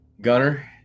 Gunner